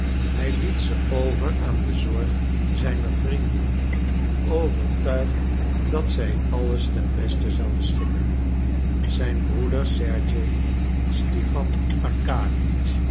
hij liet ze over aan de zorg zijner vrienden overtuigd dat zij alles ten beste zouden schikken zijn broeder sergej stipan